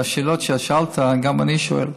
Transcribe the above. את השאלות ששאלת גם אני שואל.